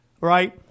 right